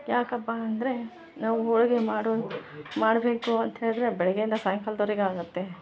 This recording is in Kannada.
ಯಾಕಪ್ಪ ಅಂದರೆ ನಾವು ಹೋಳಿಗೆ ಮಾಡೋಕೆ ಮಾಡಬೇಕು ಅಂತ ಹೇಳಿದರೆ ಬೆಳಗ್ಗೆಯಿಂದ ಸಾಯಂಕಾಲ್ದೊರಿಗೆ ಆಗುತ್ತೆ